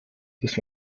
bis